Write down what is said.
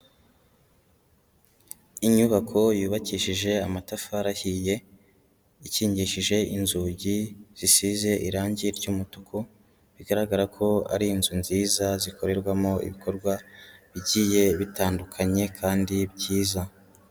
Inyubako yubakishije amatafarihiye ikingishije inzugi zisize irangi ry'umutuku, bigaragara ko ari inzu nziza zikorerwamo ibikorwa bigiye bitandukanye kandi byiza.